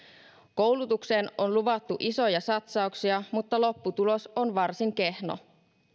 koulutukseen on luvattu isoja satsauksia mutta lopputulos on varsin kehno